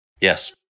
Yes